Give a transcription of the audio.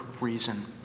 reason